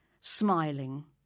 smiling